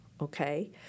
okay